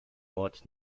ort